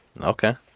Okay